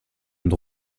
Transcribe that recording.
und